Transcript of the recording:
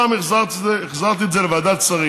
עוד פעם החזרתי את זה לוועדת שרים,